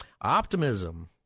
Optimism